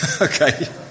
Okay